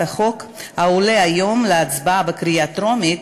החוק העולה היום להצבעה בקריאה טרומית